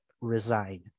Resign